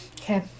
Okay